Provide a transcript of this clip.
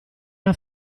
una